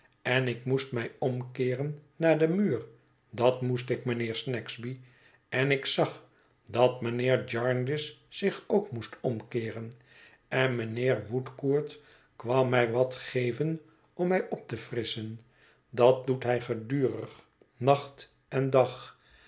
en ik moest mij omkeeren naar den muur dat moest ik mijnheer snagsby en ik zag dat mijnheer jarndyce zich ook moest omkeeren en mijnheer woodcourt kwam mij wat geven om mij op te frisschen dat doet hij gedurig nacht en dag